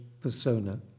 persona